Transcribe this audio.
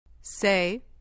Say